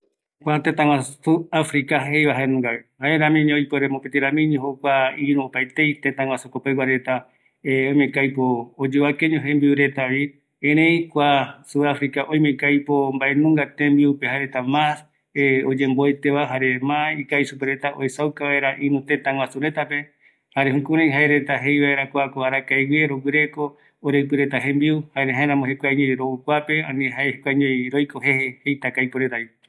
﻿Kua tetaguasu africa jeiva, jaenungavi, jeramiño ipuere mopeti ramiño jokua iru opaetei tetaguasu oikopeguareta oime ko aipo oyovaekeiño jembiu retavi, erei kua Sudafrica oime ko aipo mbaenunga tembiupe jaereta ma oyembueteva jare ma ikavisuperetava uesauka iruteta guasu retape jare jukurei jaereta jei vaera kua ko arakegue rogureko, oreipi reta jembiu jare jaeramo jukuaguei kua rou kuape ani jeikuaiño roiko jeje.